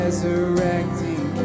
Resurrecting